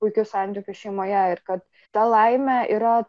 puikius santykius šeimoje ir kad ta laimė yra